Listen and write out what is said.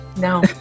No